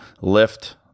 lift